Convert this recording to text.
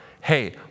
Hey